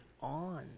on